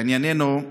לענייננו,